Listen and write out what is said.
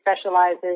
specializes